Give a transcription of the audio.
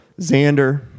Xander